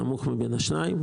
הנמוך בין השניים.